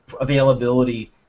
availability